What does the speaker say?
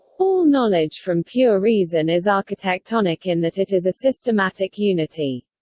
all knowledge from pure reason is architectonic in that it is a systematic unity.